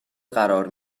قرار